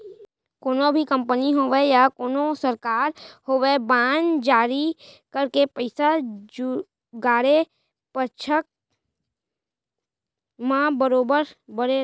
कोनो भी कंपनी होवय या कोनो सरकार होवय बांड जारी करके पइसा जुगाड़े पक्छ म बरोबर बरे थे